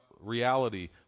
Reality